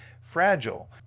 fragile